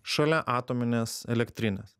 šalia atominės elektrinės